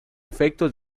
efecto